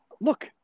look